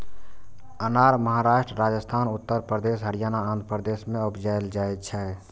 अनार महाराष्ट्र, राजस्थान, उत्तर प्रदेश, हरियाणा, आंध्र प्रदेश मे उपजाएल जाइ छै